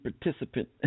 participant